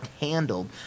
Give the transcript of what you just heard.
handled